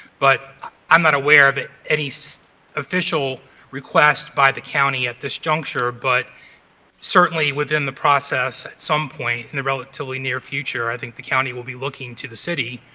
but i'm not aware of any official request by the county at this juncture, but certainly within the process at some point in the relatively near future, i think the county will be looking to the city